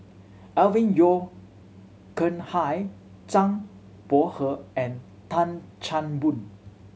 Alvin Yeo Khirn Hai Zhang Bohe and Tan Chan Boon